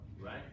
right